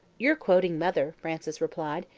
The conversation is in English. you're quoting mother, frances replied,